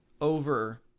over